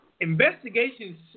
investigations